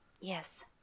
Yes